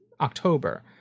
October